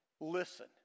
listen